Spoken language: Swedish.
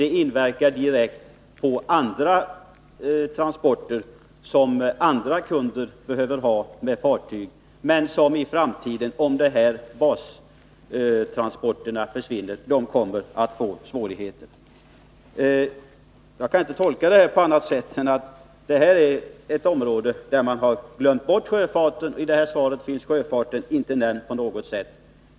Det påverkar också andra fartygstransporter som kunderna kommer att få svårigheter med i framtiden, om de här bastransporterna försvinner. Jag kan inte tolka detta på annat sätt än att det nu gäller ett område där man har glömt bort sjöfarten — i det här läget finns sjöfarten inte nämnd på något sätt.